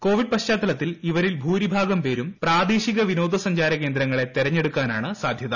Covid പശ്ചാത്തലത്തിൽ ഇവരിൽ ഭൂരിഭീഗ്രം പേരും പ്രാദേശിക വിനോദസഞ്ചാര കേന്ദ്രങ്ങളെ ്രത്യഞ്ഞെടുക്കാനാണ് സാധ്യത